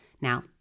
Now